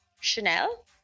Chanel